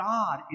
God